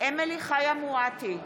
אמילי חיה מואטי,